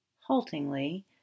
haltingly